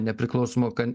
nepriklausomo kan